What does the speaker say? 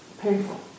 painful